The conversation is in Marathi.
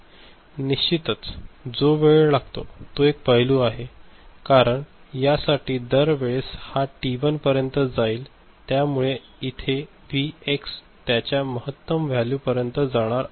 निश्चितच जो वेळ लागतो तो एक पैलू आहे कारण या साठी दर वेळेस हा टी1 पर्यंत जाईल त्या मुळे इथे व्ही एक्स त्याच्या महत्तम वॅल्यू पर्यंत जाणार नाही